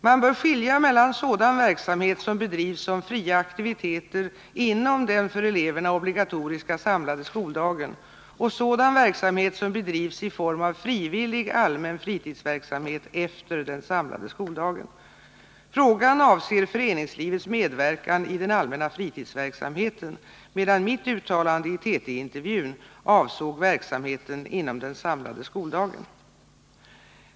Man bör skilja mellan sådan verksamhet som bedrivs som fria aktiviteter inom den för eleverna obligatoriska samlade skoldagen och sådan verksamhet som bedrivs i form av frivillig allmän fritidsverksamhet efter den samlade skoldagen. Frågan avser föreningslivets medverkan i den allmänna fritidsverksamheten, medan mitt uttalande i TT-intervjun avsåg verksamheten inom den samlade skoldagen.